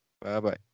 Bye-bye